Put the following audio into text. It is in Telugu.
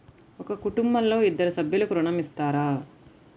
ఒక కుటుంబంలో ఇద్దరు సభ్యులకు ఋణం ఇస్తారా?